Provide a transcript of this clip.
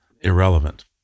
irrelevant